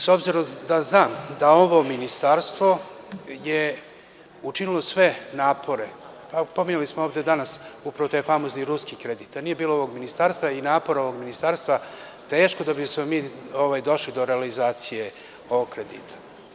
S obzirom da znam da je ovo ministarstvo učinilo sve napore, a pominjali smo ovde danas upravo taj famozni ruski kredit, da nije bilo ovog ministarstva i napora ovog ministarstva teško da bismo došli do realizacije ovog kredita.